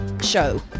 show